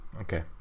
okay